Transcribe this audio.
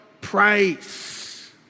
price